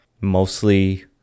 mostly